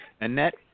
Annette